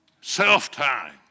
Self-time